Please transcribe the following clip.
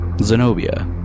Zenobia